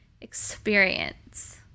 experience